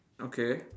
okay